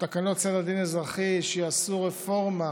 תקנות סדר הדין האזרחי שיעשו רפורמה